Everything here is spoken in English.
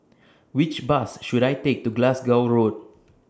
Which Bus should I Take to Glasgow Road